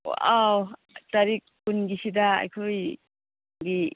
ꯑꯥꯎ ꯇꯥꯔꯤꯛ ꯀꯨꯟꯒꯤꯁꯤꯗ ꯑꯩꯈꯣꯏꯒꯤ